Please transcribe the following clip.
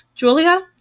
Julia